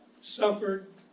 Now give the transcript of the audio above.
suffered